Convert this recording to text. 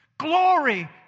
Glory